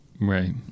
right